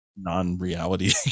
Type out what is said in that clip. non-reality